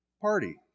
party